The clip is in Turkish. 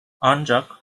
ancak